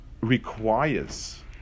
requires